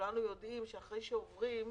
כולנו יודעים שאחרי שעוברים,